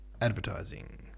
advertising